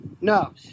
No